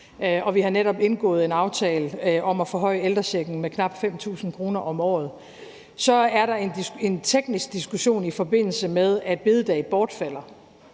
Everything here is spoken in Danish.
og vi har netop indgået en aftale om at forhøje ældrechecken med knap 5.000 kr. om året. Så er der en teknisk diskussion, i forbindelse med at bededag bortfalder,